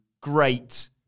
Great